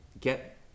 get